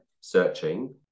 searching